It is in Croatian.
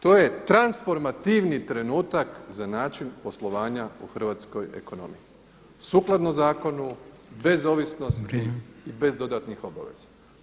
To je transformativni trenutak za način poslovanja u hrvatskoj ekonomiji, sukladno zakonu, bez ovisnosti i bez dodatnih obaveza.